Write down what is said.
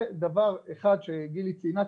זה דבר אחד שגילי ציינה,